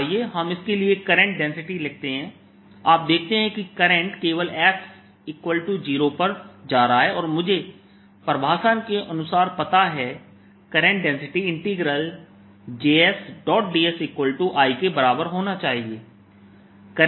आइए हम इसके लिए करंट डेंसिटी लिखते हैं आप देखते हैं कि करंट केवल s0 पर जा रहा है और मुझे परिभाषा के अनुसार पता है करंट डेंसिटी Js dsI के बराबर होना चाहिए